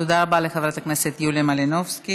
תודה רבה לחברת הכנסת יוליה מלינובסקי.